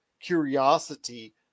curiosity